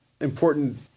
important